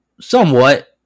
somewhat